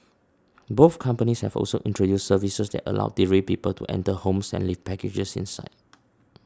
both companies have also introduced services that allow delivery people to enter homes and leave packages inside